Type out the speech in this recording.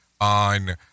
on